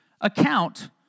account